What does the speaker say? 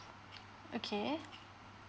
okay